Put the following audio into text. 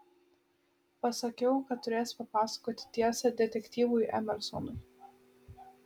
pasakiau kad turės papasakoti tiesą detektyvui emersonui